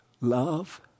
Love